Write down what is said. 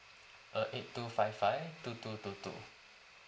uh eight two five five two two two two